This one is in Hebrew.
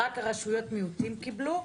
רק רשויות מיעוטים קיבלו.